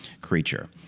creature